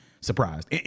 surprised